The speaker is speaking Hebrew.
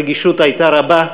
הרגישות הייתה רבה.